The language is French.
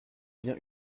bien